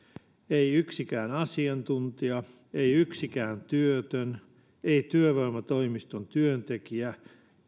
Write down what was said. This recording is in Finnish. ei yksikään asiantuntija ei yksikään työtön ei työvoimatoimiston työntekijä